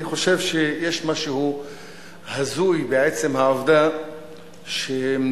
אני חושב שיש משהו הזוי בעצם העובדה שמדינה